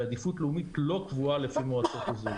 ועדיפות לאומית לא קבועה לפי מועצות אזוריות.